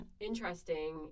interesting